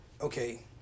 okay